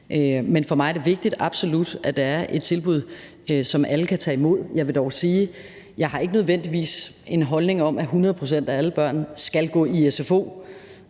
Men for mig er det absolut vigtigt, at der er et tilbud, som alle kan tage imod. Jeg vil dog sige, at jeg ikke nødvendigvis har en holdning om, at hundrede procent af alle børn skal gå i sfo